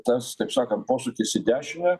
tas taip sakant posūkis į dešinę